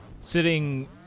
Sitting